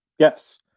Yes